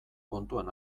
kontuan